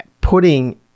putting